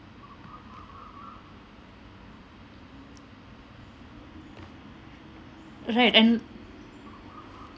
right and